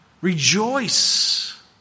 rejoice